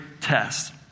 test